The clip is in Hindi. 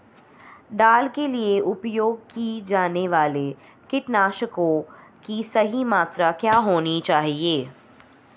दाल के लिए उपयोग किए जाने वाले कीटनाशकों की सही मात्रा क्या होनी चाहिए?